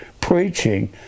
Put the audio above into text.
preaching